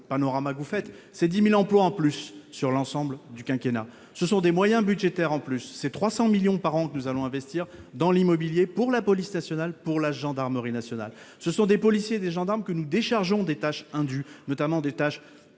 panorama vous fête ses 10000 emplois en plus sur l'ensemble du quinquennat ce sont des moyens budgétaires en plus, c'est 300 millions par an que nous allons investir dans l'immobilier pour la police nationale pour la gendarmerie nationale, ce sont des policiers et des gendarmes que nous déchargeant des tâches indues, notamment des tâches